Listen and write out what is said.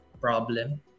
problem